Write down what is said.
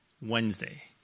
Wednesday